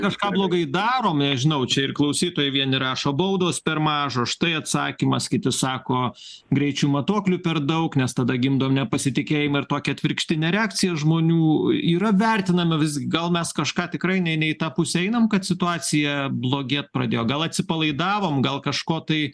kažką blogai darom nežinau čia ir klausytojai vieni rašo baudos per mažos štai atsakymas kiti sako greičių matuoklių per daug nes tada gimdo nepasitikėjimą ir tokia atvirkštinė reakcija žmonių yra vertinama visgi gal mes kažką tikrai ne ne į tą pusę einam kad situacija blogėt pradėjo gal atsipalaidavom gal kažko tai